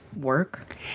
work